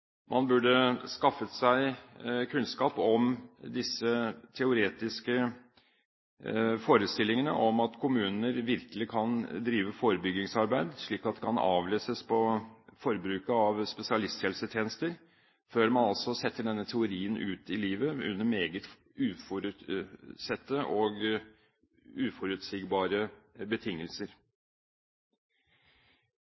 Man burde ha skaffet seg kunnskap om disse teoretiske forestillingene om at kommunene virkelig kan drive forebyggingsarbeid, slik at det kan avleses på forbruket av spesialisthelsetjenester, før man setter denne teorien ut i livet under meget uforutsette og uforutsigbare betingelser.